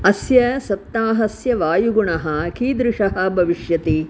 अस्य सप्ताहस्य वायुगुणः कीदृशः भविष्यति